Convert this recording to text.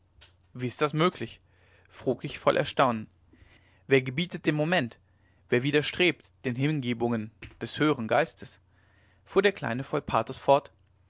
wie ist das möglich frug ich voll erstaunen wer gebietet dem moment wer widerstrebt den hingebungen des höhern geistes fuhr der kleine voll pathos fort